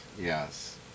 yes